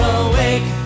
awake